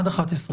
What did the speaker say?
אחרי כן